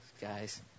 guys